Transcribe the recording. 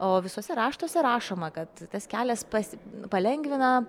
o visuose raštuose rašoma kad tas kelias pas palengvina